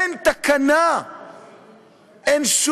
אין תקנה.